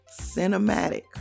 cinematic